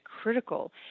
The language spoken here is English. critical